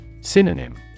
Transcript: Synonym